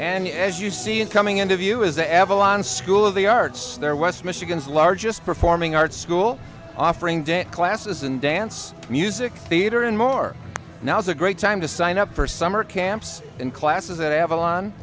and as you see it coming into view is the evelyn school of the arts there was michigan's largest performing arts school offering day classes in dance music theater and more now is a great time to sign up for summer camps in classes at avalon